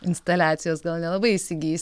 instaliacijos gal nelabai įsigys